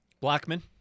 Blackman